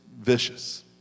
vicious